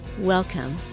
welcome